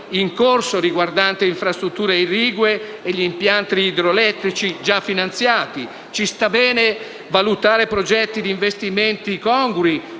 in corso riguardante infrastrutture irrigue e impianti idroelettrici già finanziati. Ci sta bene valutare progetti di investimenti congrui